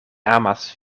amas